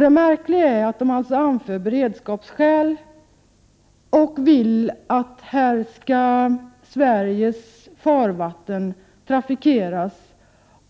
Det märkliga är alltså att man anför beredskapsskäl, samtidigt som man vill att Sveriges farvatten skall få trafikeras